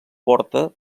porta